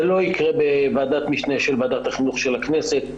זה לא יקרה בוועדת משנה של ועדת החינוך של הכנסת,